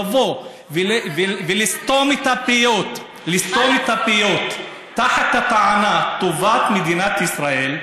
לבוא ולסתום את הפיות תחת הטענה: טובת מדינת ישראל,